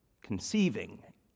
conceiving